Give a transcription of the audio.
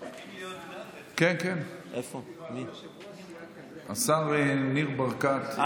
כן, השר ניר ברקת,